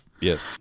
Yes